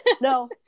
no